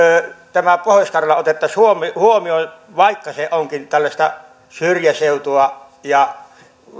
pohjois karjala otettaisiin huomioon huomioon vaikka se onkin tällaista syrjäseutua ja